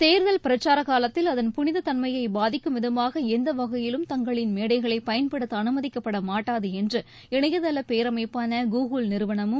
தேர்தல் பிரச்சார காலத்தில் அதன் புனிதத் தன்மையை பாதிக்கும் விதமாக எந்த வகையிலும் தங்களின் மேடைகளை பயன்படுத்த அனுமதிக்கப்பட மாட்டாது என்று இணையதள பேரமைப்பான கூகுல் நிறுவனமும்